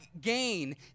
gain